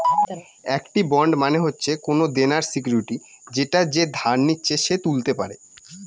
একটি বন্ড মানে হচ্ছে কোনো দেনার সিকুইরিটি যেটা যে ধার নিচ্ছে সে তুলতে পারে